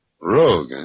Rogue